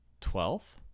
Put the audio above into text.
twelfth